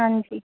ਹਾਂਜੀ